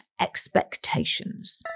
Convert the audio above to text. Expectations